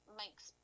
makes